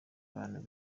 abantu